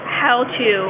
how-to